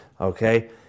Okay